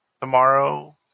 tomorrow